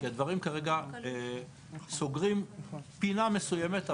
כי הדברים כרגע סוגרים פינה מסוימת,